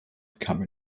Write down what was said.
become